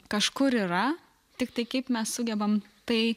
kažkur yra tiktai kaip mes sugebam tai